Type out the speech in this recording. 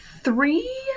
three